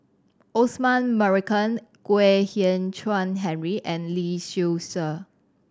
Osman Merican Kwek Hian Chuan Henry and Lee Seow Ser